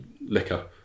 liquor